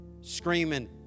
screaming